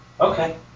Okay